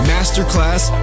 Masterclass